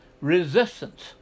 resistance